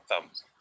thumbs